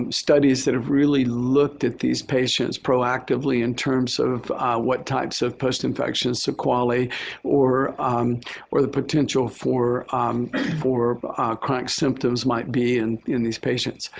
um studies that have really looked at these patients proactively in terms of what types of post-infection sequelae or or the potential for um for ah chronic symptoms might be in in these patients.